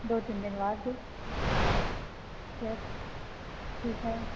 दो तीन दिन बाद यस ठीक है